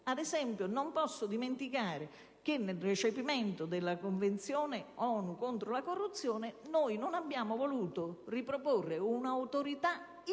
ad esempio - dimenticare che, nel recepimento della convenzione ONU contro la corruzione, non abbiamo voluto riproporre una autorità